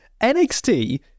NXT